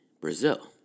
Brazil